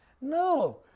No